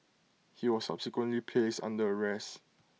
he was subsequently placed under arrest